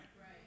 Right